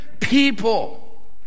people